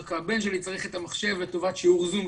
הבן שלי צריך את המחשב לטובת שיעור "זום"